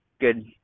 good